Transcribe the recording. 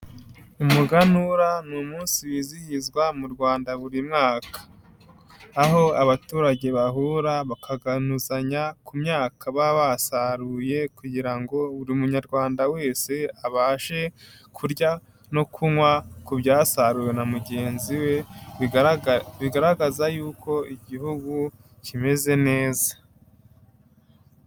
Umuganura ni umunsi wizihizwa mu Rwanda buri mwaka, aho abaturage bahura bakaganuzanya ku myaka baba basaruye kugira ngo buri munyarwanda wese abashe kurya no kunywa ku byasaruwe na mugenzi we, bigaragaza yuko Igihugu kimeze neza.